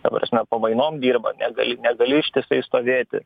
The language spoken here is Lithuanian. ta prasme pamainom dirba negali negali ištisai stovėti